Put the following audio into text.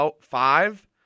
Five